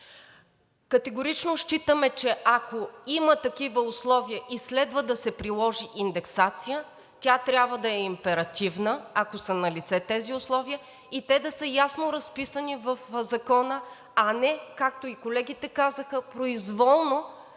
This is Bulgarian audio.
Категорично считаме, че ако има такива условия и следва да се приложи индексация, тя трябва да е императивна, ако са налице тези условия и те да са ясно разписани в Закона, а не, както и колегите казаха, произволно